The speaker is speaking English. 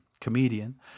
comedian